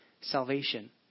salvation